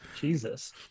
Jesus